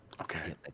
Okay